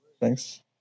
thanks